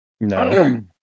No